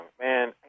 Man